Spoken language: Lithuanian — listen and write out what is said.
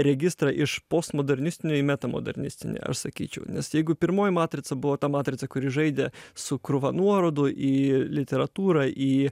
registrą iš postmodernistinio į metamodernistinį aš sakyčiau jeigu pirmoji matrica buvo ta matrica kuri žaidė su krūva nuorodų į literatūrą į